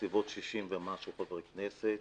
בסביבות 60 חברי כנסת.